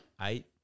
eight